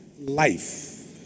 life